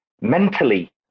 mentally